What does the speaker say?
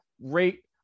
rate